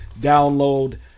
download